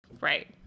Right